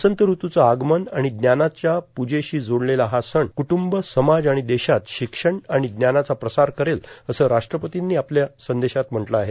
वसंत ऋतूचं आगमन आणि ज्ञानाच्या पूजेशी जोडलेला हा सण क्ट्ंब समाज आणि देशात शिक्षण आणि ज्ञानाचा प्रसार करेल असं राष्ट्रपतींनी आपल्या संदेशात म्हटलं आहे